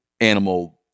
animal